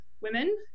women